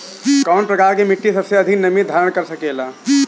कौन प्रकार की मिट्टी सबसे अधिक नमी धारण कर सकेला?